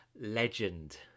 legend